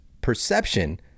perception